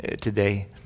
today